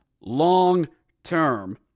long-term